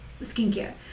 skincare